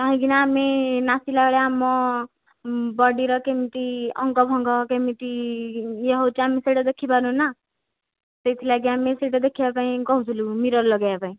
କାହିଁକି ନା ଆମେ ନାଚିଲା ବେଳେ ଆମ ବଡ଼ିର କେମିତି ଅଙ୍ଗ ଭଙ୍ଗ କେମିତି ଇଏ ହେଉଛି ଆମେ ସେଇଟା ଦେଖି ପାରୁନୁନା ସେଇଥିଲାଗି ଆମେ ସେଇଟା ଦେଖିବା ପାଇଁ କହୁଥିଲୁ ମିରର୍ ଲଗାଇବା ପାଇଁ